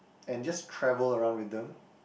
and just travel around with them